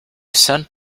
sent